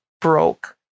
broke